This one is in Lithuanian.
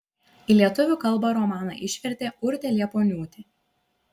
į lietuvių kalbą romaną išvertė urtė liepuoniūtė